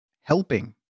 helping